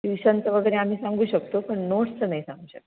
ट्युशनचं वगैरे आम्ही सांगू शकतो पण नोट्सचं नाही सांगू शकत